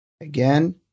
Again